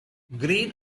green